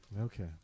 Okay